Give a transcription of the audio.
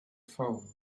phone